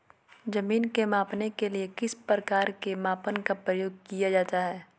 जमीन के मापने के लिए किस प्रकार के मापन का प्रयोग किया जाता है?